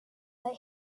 that